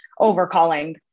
overcalling